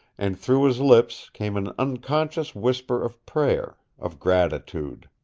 and through his lips came an unconscious whisper of prayer of gratitude.